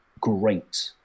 great